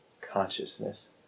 consciousness